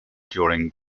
during